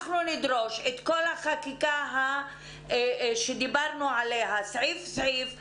אנחנו נדרוש את כל החקיקה שדיברנו עליה סעיף סעיף.